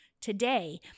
Today